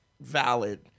valid